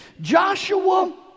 Joshua